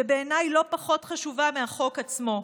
שבעיניי לא פחות חשובה מהחוק עצמו.